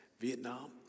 Vietnam